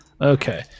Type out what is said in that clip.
Okay